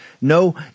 no